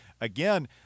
again